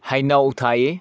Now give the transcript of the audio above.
ꯍꯩꯅꯧ ꯊꯥꯏꯌꯦ